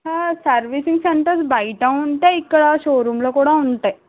servicings అంటే అది బయట ఉంటాయి ఇక్కడ షోరూంలో కూడా ఉంటాయి